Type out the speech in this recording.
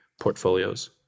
portfolios